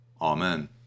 Amen